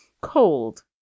cold